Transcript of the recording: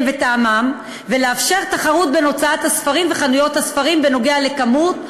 וטעמם ולאפשר תחרות בין הוצאות הספרים וחנויות הספרים בנוגע לכמות,